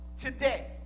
Today